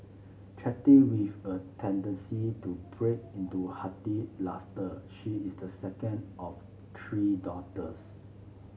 chatty with a tendency to break into hearty laughter she is the second of three daughters